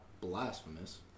blasphemous